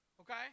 okay